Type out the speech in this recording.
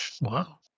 Wow